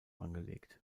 angelegt